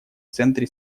центре